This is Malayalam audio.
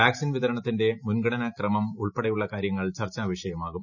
വാക്സിൻ വിതരണത്തിന്റെ മുൻഗണനാക്രമം ഉൾപ്പെടെയുള്ള കാര്യങ്ങൾ ചർച്ചാ വിഷയമാകും